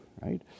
right